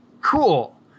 cool